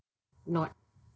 not